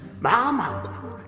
mama